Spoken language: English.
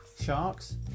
Sharks